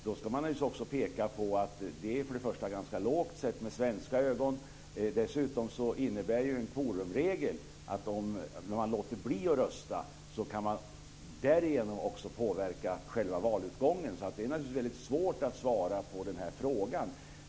Då ska man naturligtvis också peka på att det är ganska lågt sett med svenska ögon. Dessutom innebär kvorumregler att om man låter bli att rösta kan man också därigenom påverka själva valutgången. Därför är det naturligtvis väldigt svårt att svara på frågan.